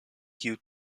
kiu